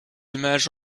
images